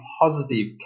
positive